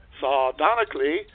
sardonically